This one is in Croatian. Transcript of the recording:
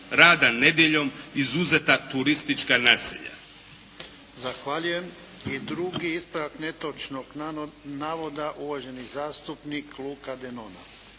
rada nedjeljom izuzeta turistička naselja. **Jarnjak, Ivan (HDZ)** Zahvaljujem. I drugi ispravak netočnog navoda uvaženi zastupnik Luka Denona.